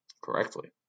correctly